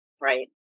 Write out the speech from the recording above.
Right